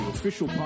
Official